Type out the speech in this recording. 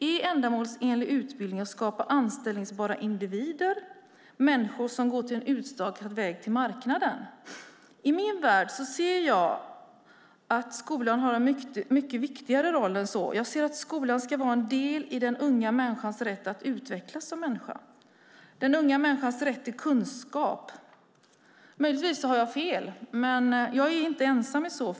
Är ändamålsenlig utbildning att skapa anställningsbara individer, människor som går en utstakad väg till marknaden? I min värld har skolan en mycket viktigare roll än så. Skolan ska vara en del i den unga människans rätt att utvecklas och rätt till kunskap. Möjligtvis har jag fel, men jag är i så fall inte ensam.